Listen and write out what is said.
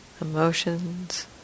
emotions